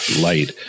light